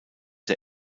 der